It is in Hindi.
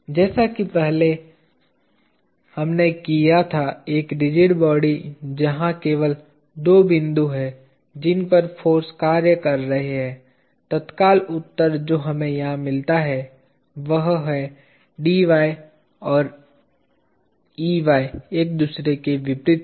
जैसा कि हमने पहले किया था एक रिजिड बॉडी जहां केवल दो बिंदु हैं जिन पर फाॅर्स कार्य कर रहे हैं तत्काल उत्तर जो हमें यहां मिलता है वह है Dy और Ey एक दूसरे के विपरीत हैं